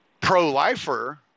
Pro-lifer